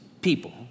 people